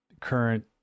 current